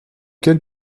quel